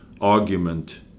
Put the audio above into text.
argument